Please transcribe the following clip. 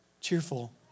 Cheerful